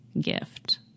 gift